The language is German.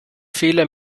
fehler